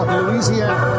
Louisiana